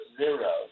zero